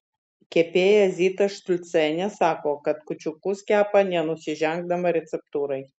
kepėja zita štulcienė sako kad kūčiukus kepa nenusižengdama receptūrai